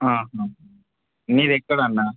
మీదెక్కడ అన్నా